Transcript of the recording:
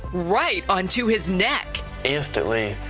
right on to his neck. instantly,